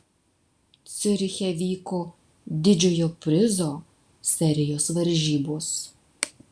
ciuriche vyko didžiojo prizo serijos varžybos